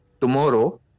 tomorrow